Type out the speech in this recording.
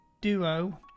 duo